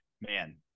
man